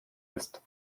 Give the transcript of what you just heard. ist